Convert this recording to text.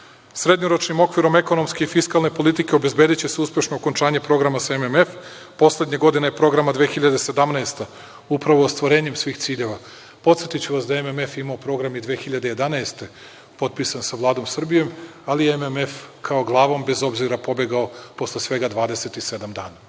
Srednjoročnim okvirom ekonomske i fiskalne politike obezbediće se uspešno okončanje programa sa MMF, poslednje godine programa 2017, upravo ostvarenjem svih ciljeva. Podsetiću vas da je MMF imao program i 2011. godine potpisan sa Vladom Srbije, ali je MMF, kao glavom bez obzira, pobegao posle svega 27 dana.